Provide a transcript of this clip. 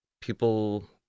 people